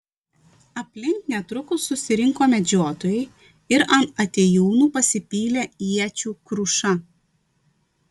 aplink netrukus susirinko medžiotojai ir ant atėjūnų pasipylė iečių kruša